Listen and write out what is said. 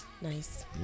Nice